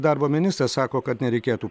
darbo ministras sako kad nereikėtų